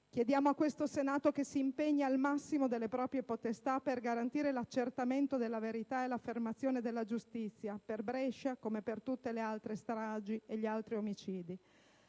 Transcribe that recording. Chiediamo a questo Senato che si impegni al massimo delle proprie potestà per garantire l'accertamento della verità e l'affermazione della giustizia, per Brescia come per tutti le altre stragi ed omicidi.